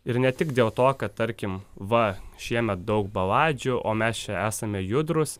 ir ne tik dėl to kad tarkim va šiemet daug baladžių o mes čia esame judrūs